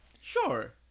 sure